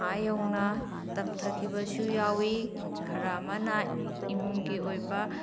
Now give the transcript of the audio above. ꯑꯥ ꯌꯧꯅ ꯇꯝꯊꯈꯤꯕꯁꯨ ꯌꯥꯎꯏ ꯈꯔ ꯑꯃꯅ ꯏꯃꯨꯡꯒꯤ ꯑꯣꯏꯕ